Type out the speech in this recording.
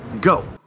go